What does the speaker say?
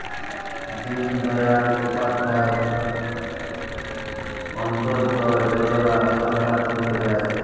দিন দয়াল উপাধ্যায় অন্ত্যোদয় যজনা সরকার থাক্যে দেয়